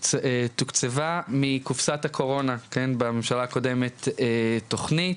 תוקצבה מקופסת הקורונה בממשלה הקודמת תכנית.